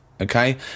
okay